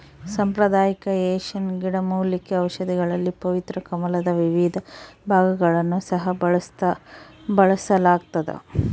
ಸಾಂಪ್ರದಾಯಿಕ ಏಷ್ಯನ್ ಗಿಡಮೂಲಿಕೆ ಔಷಧಿಗಳಲ್ಲಿ ಪವಿತ್ರ ಕಮಲದ ವಿವಿಧ ಭಾಗಗಳನ್ನು ಸಹ ಬಳಸಲಾಗ್ತದ